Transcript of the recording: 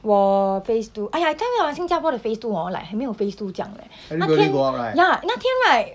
我 phase two !aiya! I tell you ah 新加坡的 phase two hor like 没有 phase two 这样的 leh 那天 ya 那天 right